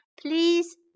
Please